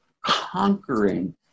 conquering